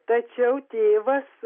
tačiau tėvas